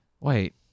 Wait